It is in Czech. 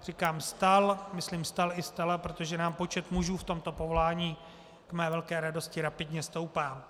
Říkám stal, myslím stal i stala, protože nám počet mužů v tomto povolání k mé velké radosti rapidně stoupá.